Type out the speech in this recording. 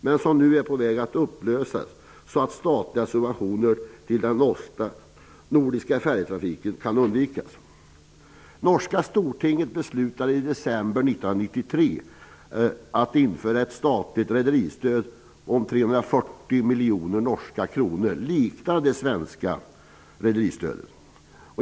Den är nu på väg att upplösas för att statliga subventioner till den nordiska färjetrafiken skall kunna undvikas. att införa ett statligt rederistöd på 340 miljoner norska kronor, liknande det svenska rederistödet.